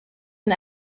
and